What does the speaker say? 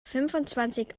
fünfundzwanzig